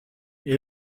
elle